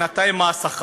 ובינתיים לא משנה מה השכר.